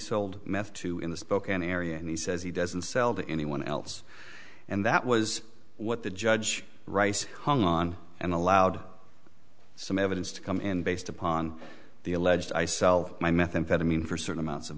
sold meth to in the spokane area and he says he doesn't sell to anyone else and that was what the judge rice hung on and allowed some evidence to come in based upon the alleged i sell my methamphetamine for certain amounts of